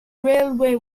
railway